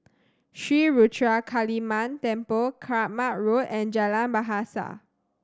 Sri Ruthra Kaliamman Temple Kramat Road and Jalan Bahasa